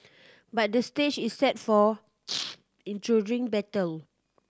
but the stage is set for intriguing battle